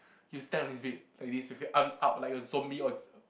he stands on his feet like this with his arms out like a zombie or it's a